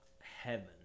heaven